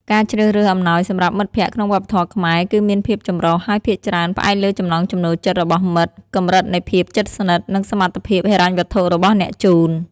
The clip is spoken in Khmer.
ការជ្រើសរើសអំណោយសម្រាប់មិត្តភក្តិក្នុងវប្បធម៌ខ្មែរគឺមានភាពចម្រុះ ហើយភាគច្រើនផ្អែកលើចំណង់ចំណូលចិត្តរបស់មិត្ត កម្រិតនៃភាពជិតស្និទ្ធ និងសមត្ថភាពហិរញ្ញវត្ថុរបស់អ្នកជូន។